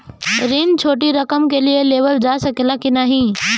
ऋण छोटी रकम के लिए लेवल जा सकेला की नाहीं?